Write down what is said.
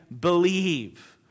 believe